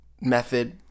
method